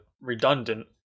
redundant